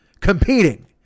competing